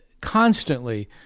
constantly